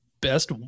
best